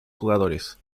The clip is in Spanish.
jugadores